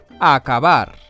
Acabar